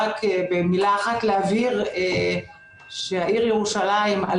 במילה אחת אני רוצה להבהיר שהעיר ירושלים על